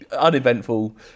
Uneventful